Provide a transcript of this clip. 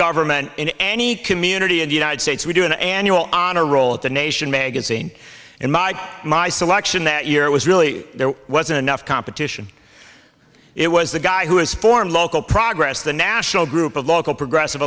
government in any community in the united states we do an annual honor roll at the nation magazine and mike my selection that year was really there wasn't enough competition it was the guy who has formed local progress the national group of local progressive